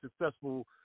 successful